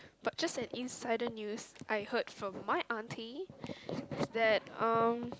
but just an insider news I heard from my auntie that um